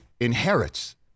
inherits